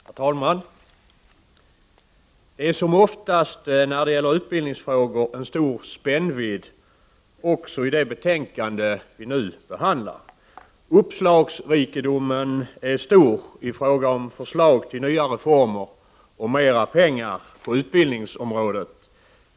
Herr talman! Det är, som oftast när det gäller utbildningsfrågor, en stor spännvidd också i det betänkande som vi nu behandlar. Uppslagsrikedomen är stor i fråga om förslag till nya reformer och mer pengar på utbildningsområdet.